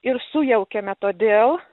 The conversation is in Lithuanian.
ir sujaukiame todėl